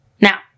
Now